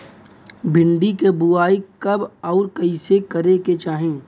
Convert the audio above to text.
भिंडी क बुआई कब अउर कइसे करे के चाही?